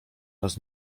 nas